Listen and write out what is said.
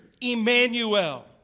Emmanuel